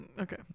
Okay